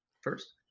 first